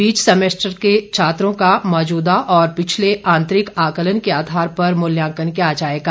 बीच सेमेस्टर के छात्रों का मौजूदा और पिछले आंतरिक आंकलन के आधार पर मूल्यांकन किया जाएगा